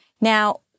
Now